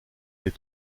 les